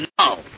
no